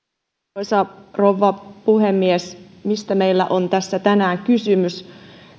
arvoisa rouva puhemies mistä meillä on tässä tänään kysymys